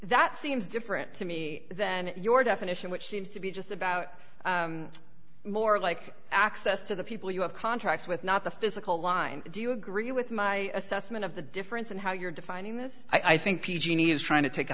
that seems different to me than your definition which seems to be just about more like access to the people you have contracts with not the physical line do you agree with my assessment of the difference and how you're defining this i think p g is trying to take a